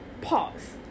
pause